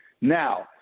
Now